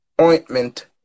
ointment